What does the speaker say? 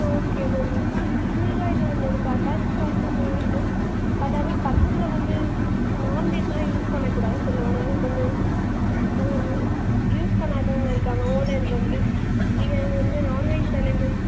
அப்போ okay ma'am சீர்காழியில ஒன்று இருக்கு அட்டாச்சிடு பாத்ரூம் இருக்கு பட் ஆனால் பக்கத்தில் வந்து நான்வெஜ்லாம் யூஸ் பண்ணக்கூடாது சொல்லுவாங்க அது கொஞ்சம் உங்கள் யூஸ் பண்ணாதவங்க இருக்காங்க ஓனர் வந்து நீங்கள் வந்து நான்வெஜ் தானங்க மேம்